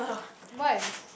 why